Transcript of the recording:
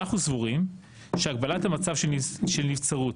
אנחנו סבורים שהגבלת המצב של נבצרות